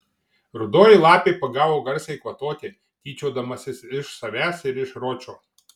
rudoji lapė pagavo garsiai kvatoti tyčiodamasis iš savęs ir iš ročo